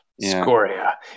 Scoria